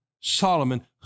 Solomon